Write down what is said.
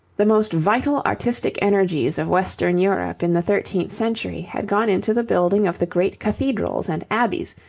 the most vital artistic energies of western europe in the thirteenth century had gone into the building of the great cathedrals and abbeys,